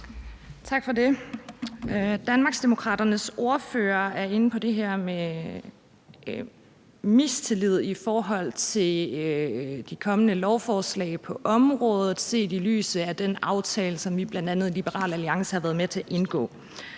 Tak for det. Danmarksdemokraternes ordfører er inde på det her med mistillid i forhold til de kommende lovforslag på området set i lyset af den aftale, som bl.a. vi i Liberal Alliance har været med til at indgå,